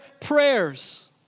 prayers